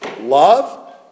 Love